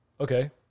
Okay